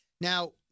Now